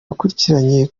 bakurikiranye